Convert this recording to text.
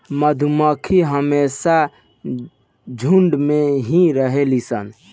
मधुमक्खी हमेशा झुण्ड में ही रहेली सन